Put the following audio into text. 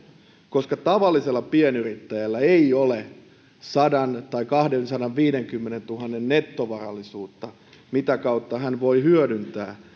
koska tavallisella pienyrittäjällä ei ole sadantuhannen tai kahdensadanviidenkymmenentuhannen nettovarallisuutta mitä kautta hän voi hyödyntää